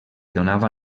donava